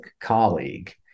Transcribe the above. colleague